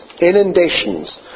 inundations